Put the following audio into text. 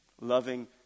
Loving